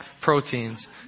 proteins